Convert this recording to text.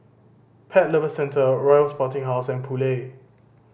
Pet Lover Centre Royal Sporting House and Poulet